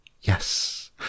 Yes